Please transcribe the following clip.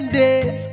days